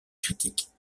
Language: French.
critiques